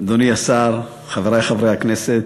אדוני השר, חברי חברי הכנסת,